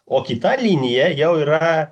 o kita linija jau yra